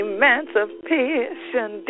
Emancipation